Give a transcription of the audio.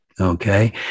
okay